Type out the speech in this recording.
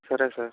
సరే సార్